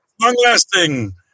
long-lasting